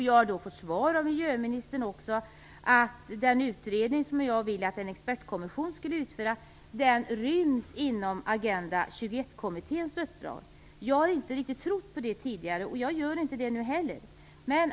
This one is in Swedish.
Jag har då fått till svar av miljöministern att den utredning som jag vill att en expertkommission skall utföra ryms inom Agenda 21-kommitténs uppdrag. Jag har inte riktigt trott på det tidigare, och jag gör inte det nu heller.